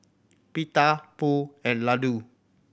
Pita Pho and Ladoo